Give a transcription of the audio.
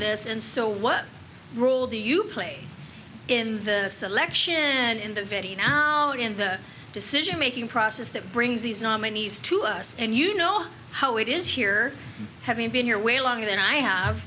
this and so what rule do you play in the selection and in the video now in the decision making process that brings these nominees to us and you know how it is here having been here way longer than i have